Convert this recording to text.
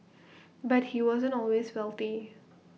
but he wasn't always wealthy